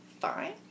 fine